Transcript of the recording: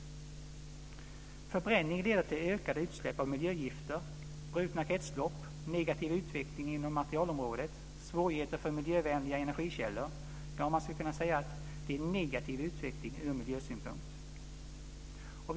Förbränningen leder till ökade utsläpp av miljögifter, brutna kretslopp, negativ utveckling inom materialområdet, svårigheter för miljövänliga energikällor - ja, man skulle kunna säga att det är en negativ utveckling ur miljösynpunkt.